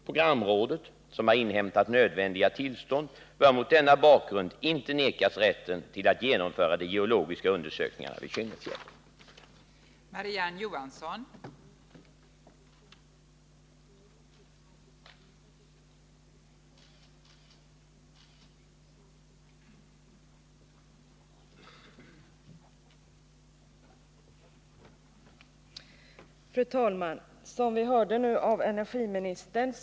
Programrådet, som har inhämtat nödvändiga tillstånd, bör mot denna bakgrund inte nekas rätten till att genomföra de geologiska undersökningarna vid Kynnefjäll.